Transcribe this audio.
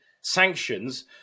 sanctions